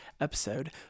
episode